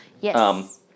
Yes